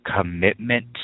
commitment